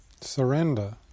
surrender